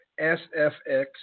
SFX